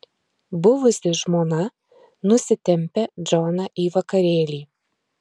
buvusi žmona nusitempia džoną į vakarėlį